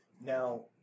Now